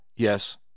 Yes